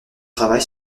travail